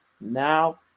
Now